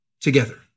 together